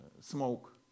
smoke